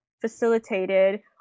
facilitated